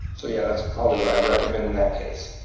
so yeah, that's probably what i'd recommend in that case.